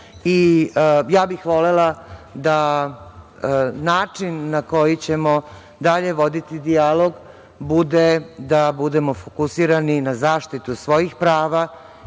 Ja bih volela da način na koji ćemo dalje voditi dijalog bude da budemo fokusirani na zaštitu svojih prava,